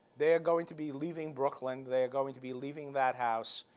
they are going to be leaving brooklyn. they are going to be leaving that house.